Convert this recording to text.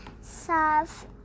soft